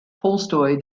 tolstoy